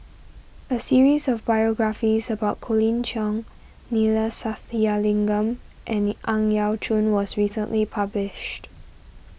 a series of biographies about Colin Cheong Neila Sathyalingam and Ang Yau Choon was recently published